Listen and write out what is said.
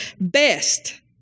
Best